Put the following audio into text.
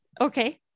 Okay